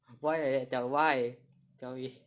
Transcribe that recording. why like that tell why tell me